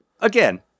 again